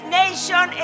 nation